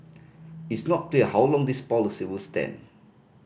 it's not clear how long this policy will stand